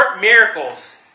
miracles